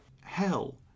hell